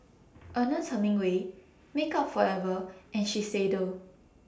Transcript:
Ernest Hemingway Makeup Forever and Shiseido